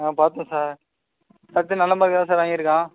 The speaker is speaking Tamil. ஆ பார்த்தேன் சார் எல்லாத்துலேயும் நல்ல மார்க் தான் சார் வாங்கியிருக்கான்